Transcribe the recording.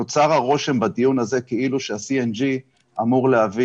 נוצר הרושם בדיון הזה כאילו שה-CNG אמור להביא